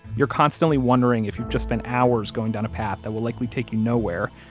you're constantly wondering if you've just spent hours going down a path that will likely take you nowhere,